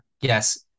yes